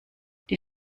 die